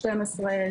12,